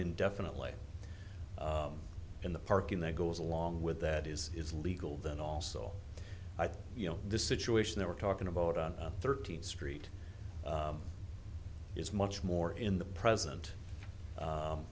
indefinitely in the parking that goes along with that is is legal then also i think you know the situation that we're talking about on thirteenth street is much more in the present